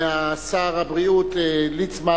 ושר הבריאות ליצמן,